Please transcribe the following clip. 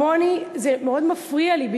אבל לא כמוני" זה מאוד מפריע לי,